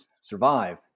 survive